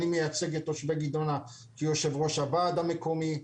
אני מייצג את תושבי גדעונה כיושב ראש הוועד המקומי,